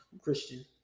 Christian